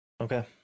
Okay